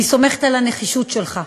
אני סומכת על הנחישות שלך,